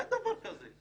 אין דבר כזה.